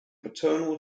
paternal